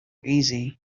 easy